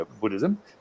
Buddhism